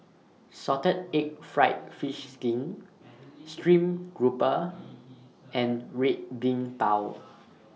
Salted Egg Fried Fish Skin Stream Grouper and Red Bean Bao